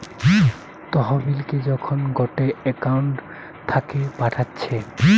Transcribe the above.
তহবিলকে যখন গটে একউন্ট থাকে পাঠাচ্ছে